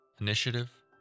initiative